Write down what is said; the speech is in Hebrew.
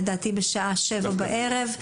לדעתי בשעה 7 בערב,